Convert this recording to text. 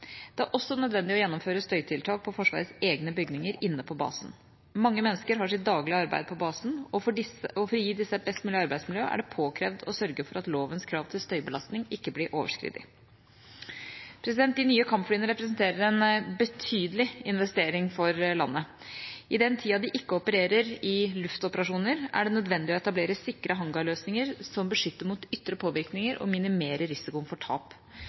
Det er også nødvendig å gjennomføre støytiltak på Forsvarets egne bygninger inne på basen. Mange mennesker har sitt daglige arbeid på basen, og for å gi disse et best mulig arbeidsmiljø er det påkrevd å sørge for at lovens krav til støybelastning ikke blir overskredet. De nye kampflyene representerer en betydelig investering for landet. For den tida de ikke opererer i luftoperasjoner, er det nødvendig å etablere sikre hangarløsninger som beskytter mot ytre påvirkninger og minimerer risikoen for tap.